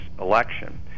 election